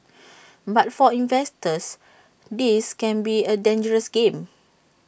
but for investors this can be A dangerous game